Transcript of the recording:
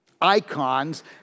icons